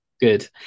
Good